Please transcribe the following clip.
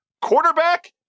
quarterback